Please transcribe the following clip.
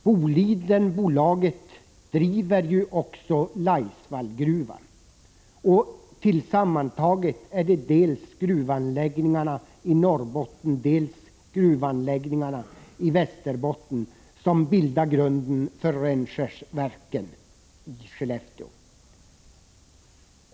Bolidenbolaget driver ju också Laisvallsgruvan, och sammantaget är det gruvanläggningarna dels i Norrbotten, dels i Västerbotten som bildar grunden för Rönnskärsverken i Skellefteå.